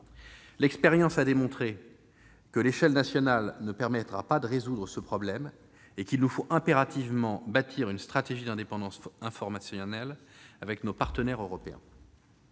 L'expérience a démontré que l'échelle nationale ne permettra pas de résoudre ce problème et qu'il nous faut impérativement bâtir une stratégie d'indépendance informationnelle avec nos partenaires européens.